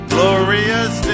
Glorious